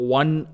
one